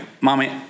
mommy